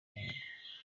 inkunga